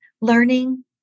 learning